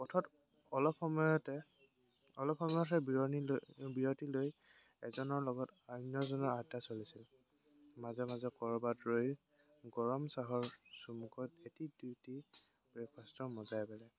পথত অলপ সময়তে অলপ সময়তে বিৰণি লৈ বিৰতি লৈ এজনৰ লগত অন্যজনৰ আদ্দা চলিছিল মাজে মাজে ক'ৰবাত ৰৈ গৰম চাহৰ চুমুকত এটি দুইটি ব্ৰেকফাষ্টৰ মজাই বেলেগ